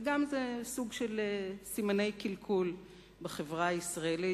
וגם זה סוג של סימני קלקול בחברה הישראלית,